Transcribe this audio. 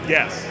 Yes